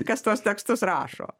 kas tuos tekstus rašo